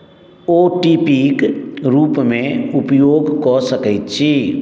ओ T P क रूपमे उपयोग कऽ सकैत छी